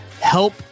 Help